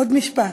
עוד משפט.